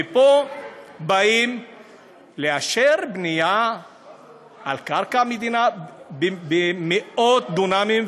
ופה באים לאשר בנייה על קרקע מדינה במאות דונמים,